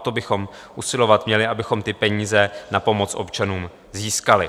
A o to bychom usilovat měli, abychom ty peníze na pomoc občanům získali.